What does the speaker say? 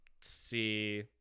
see